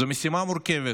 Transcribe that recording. זו משימה מורכבת.